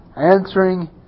Answering